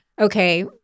okay